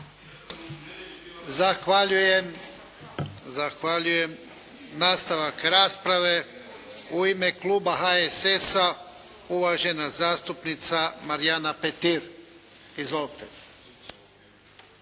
Zahvaljujem. Nastavak rasprave. U ime kluba HSS-a uvažena zastupnica Marijana Petir. Izvolite.